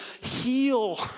Heal